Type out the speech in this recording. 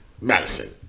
Madison